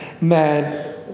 Man